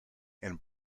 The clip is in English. and